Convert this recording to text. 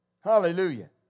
Hallelujah